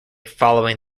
following